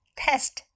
test